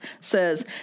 says